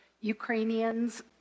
Ukrainians